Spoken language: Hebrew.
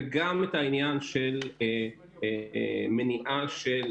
וגם את העניין של מניעה של